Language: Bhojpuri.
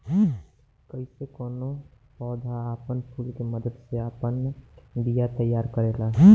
कइसे कौनो पौधा आपन फूल के मदद से आपन बिया तैयार करेला